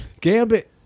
gambit